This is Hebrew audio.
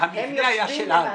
המבנה היה שלנו.